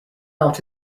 out